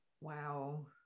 Wow